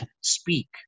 speak